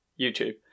YouTube